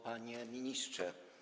Panie Ministrze!